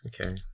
Okay